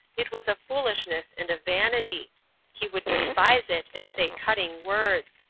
it was a foolishness and a vanity he would despise it and say cutting words.